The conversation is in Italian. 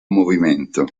movimento